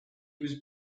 was